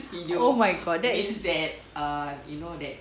oh my god that is